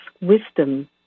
wisdom